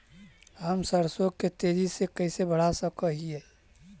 हम सरसों के तेजी से कैसे बढ़ा सक हिय?